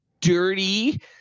dirty